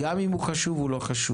גם אם הוא חשוב, הוא לא חשוב.